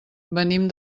venim